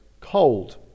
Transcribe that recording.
cold